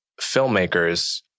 filmmakers